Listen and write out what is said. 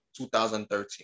2013